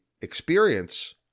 experience